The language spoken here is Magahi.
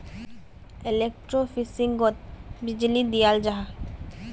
एलेक्ट्रोफिशिंगोत बीजली दियाल जाहा